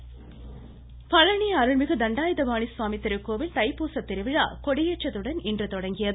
கோவில் பழனி அருள்மிகு தண்டாயுதபாணி சுவாமி திருக்கோவில் தைப்பூசத் திருவிழா கொடியேற்றத்துடன் இன்று தொடங்கியது